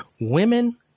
Women